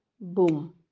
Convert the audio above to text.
boom